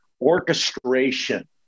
orchestration